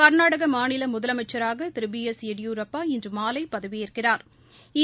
கள்நாடக மாநில முதலமைச்சா் Thiru B S Yediyurappa இன்று மாலை பதவியேற்கிறாா்